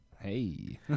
Hey